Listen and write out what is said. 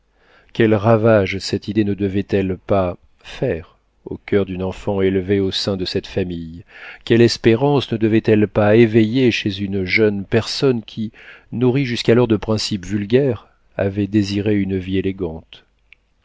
quels ravages cette idée ne devait-elle pas faire au coeur d'une enfant élevée au sein de cette famille quelle espérance ne devait-elle pas éveiller chez une jeune personne qui nourrie jusqu'alors de principes vulgaires avait désiré une vie élégante